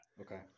Okay